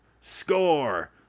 Score